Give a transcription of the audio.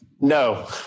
No